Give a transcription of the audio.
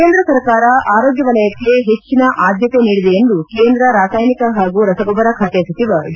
ಕೇಂದ್ರ ಸರ್ಕಾರ ಆರೋಗ್ಯ ವಲಯಕ್ಕೆ ಹೆಚ್ಚಿನ ಆದ್ಯತೆ ನೀಡಿದೆ ಎಂದು ಕೇಂದ್ರ ರಾಸಾಯನಿಕ ಹಾಗೂ ರಸಗೊಬ್ಬರ ಖಾತೆ ಸಚಿವ ಡಿ